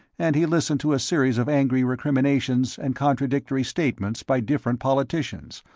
and he listened to a series of angry recriminations and contradictory statements by different politicians,